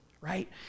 right